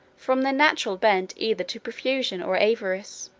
from their natural bent either to profusion or avarice